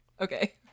okay